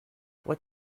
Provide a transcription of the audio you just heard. what